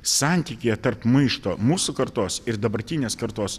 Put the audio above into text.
santykyje tarp maišto mūsų kartos ir dabartinės kartos